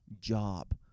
job